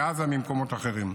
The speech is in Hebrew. מעזה וממקומות אחרים.